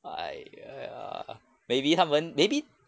!aiya! maybe 他们 maybe